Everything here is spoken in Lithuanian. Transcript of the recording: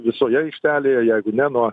visoje aikštelėje jeigu ne nuo